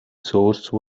source